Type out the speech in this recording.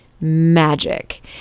magic